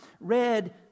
read